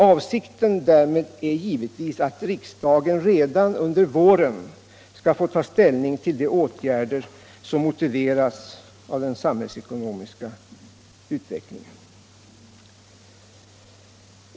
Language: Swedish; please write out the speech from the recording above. Avsikten därmed är givetvis att riksdagen redan under våren skall få ta ställning till de åtgärder som motiveras av den samhällsekonomiska utvecklingen.